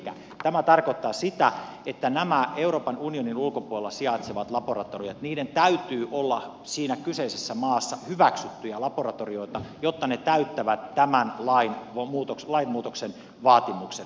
elikkä tämä tarkoittaa sitä että näiden euroopan unionin ulkopuolella sijaitsevien laboratorioiden täytyy olla siinä kyseisessä maassa hyväksyttyjä laboratorioita jotta ne täyttävät tämän lainmuutoksen vaatimukset